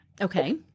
Okay